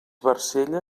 barcella